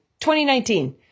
2019